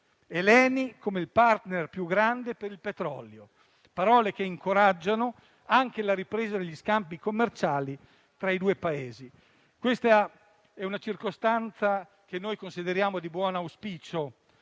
l'Eni come il *partner* più grande per il petrolio. Sono parole che incoraggiano anche la ripresa degli scambi commerciali tra i due Paesi. Questa è una circostanza che noi consideriamo di buon auspicio,